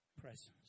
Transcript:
presence